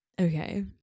okay